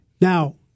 Now